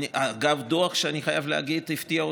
אגב, דוח שאני חייב להגיד שהפתיע אותי,